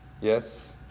Yes